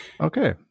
Okay